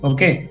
Okay